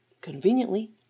Conveniently